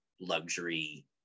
luxury